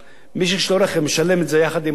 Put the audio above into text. מי שיש לו רכב ישלם את זה יחד עם הרשיון,